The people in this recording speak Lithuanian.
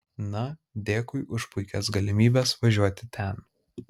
na dėkui už puikias galimybės važiuoti ten